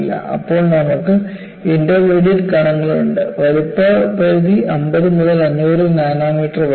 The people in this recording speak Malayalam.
അപ്പോൾ നമുക്ക് ഇന്റർമീഡിയറ്റ് കണങ്ങളുണ്ട് വലുപ്പ പരിധി 50 മുതൽ 500 നാനോമീറ്റർ വരെയാണ്